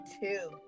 two